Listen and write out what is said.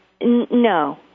No